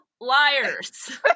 liars